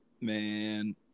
man